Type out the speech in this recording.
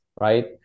right